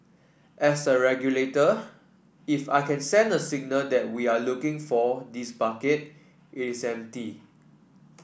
as a regulator if I can send a singer that we are looking for this bucket it is empty